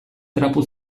trapu